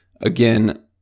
Again